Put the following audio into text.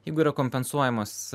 jeigu yra kompensuojamos